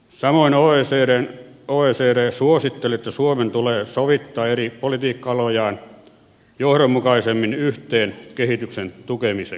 samoin oecd suositteli että suomen tulee sovittaa eri politiikka alojaan johdonmukaisemmin yhteen kehityksen tukemiseksi